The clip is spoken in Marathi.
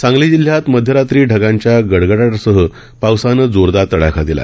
सांगली जिल्ह्यात मध्यरात्री ढगांच्या गडगडाटासह पावसानं जोरदार तडाखा दिला